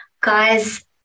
guys